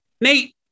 Nate